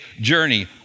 journey